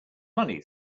money